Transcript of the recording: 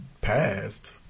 passed